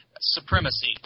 Supremacy